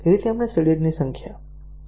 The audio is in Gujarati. તેમણે સીડેડની સંખ્યા